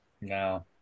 No